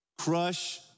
Crush